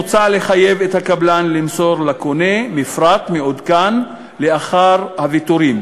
מוצע לחייב את הקבלן למסור לקונה מפרט מעודכן לאחר הוויתורים,